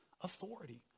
authority